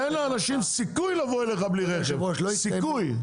תן לאנשים סיכוי לבוא אליך בלי רכב פרטי, סיכוי.